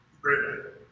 Great